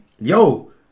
yo